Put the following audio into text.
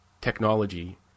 technology